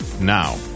now